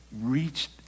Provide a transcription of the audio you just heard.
reached